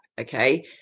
okay